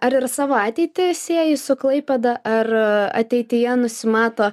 ar ir savo ateitį sieji su klaipėda ar ateityje nusimato